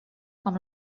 com